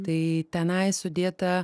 tai tenai sudėta